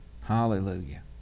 hallelujah